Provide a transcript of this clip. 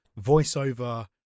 voiceover